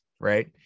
right